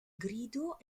grido